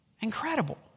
Incredible